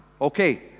Okay